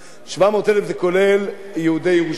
אמרת 700,000. 700,000 זה כולל יהודי ירושלים,